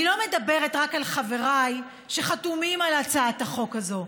אני לא מדברת רק על חבריי שחתומים על הצעת החוק הזאת,